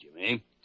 Jimmy